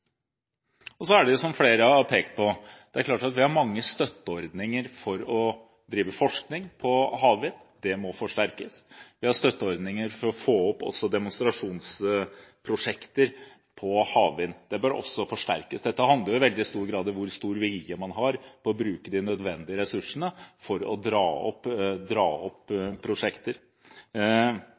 Så er det, som flere har pekt på, klart at vi har mange støtteordninger for å drive forskning på havvind. Det må forsterkes. Vi har også støtteordninger for å få opp demonstrasjonsprosjekter på havvind. Det bør også forsterkes. Dette handler i veldig stor grad om hvor stor vilje man har til å bruke de nødvendige ressursene for å dra opp